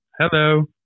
Hello